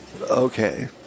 okay